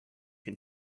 can